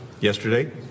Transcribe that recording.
Yesterday